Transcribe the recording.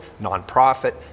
nonprofit